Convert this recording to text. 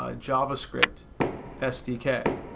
ah javascript sdk,